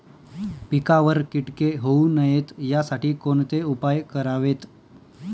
पिकावर किटके होऊ नयेत यासाठी कोणते उपाय करावेत?